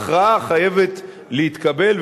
ההכרעה חייבת להתקבל,